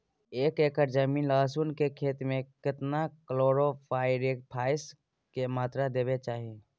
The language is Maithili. एक एकर जमीन लहसुन के खेती मे केतना कलोरोपाईरिफास के मात्रा देबै के चाही?